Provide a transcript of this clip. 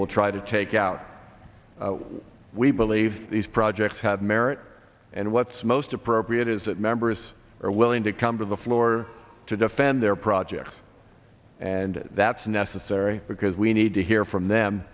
will try to take out what we believe these projects have merit and what's most appropriate is that members are willing to come to the floor to defend their projects and that's necessary because we need to hear from